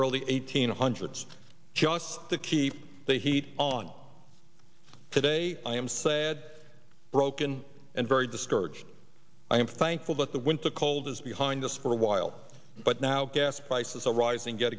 early eighteen hundreds just to keep the heat on today i am say it broken and very discouraged i am thankful that the winter cold is behind us for a while but now gas prices are rising yet